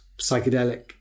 psychedelic